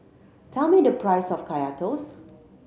tell me the price of Kaya Toast